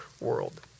world